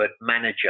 manager